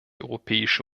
europäische